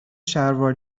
شلوار